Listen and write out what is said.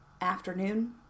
afternoon